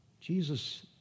Jesus